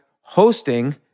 hosting